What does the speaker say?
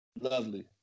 Lovely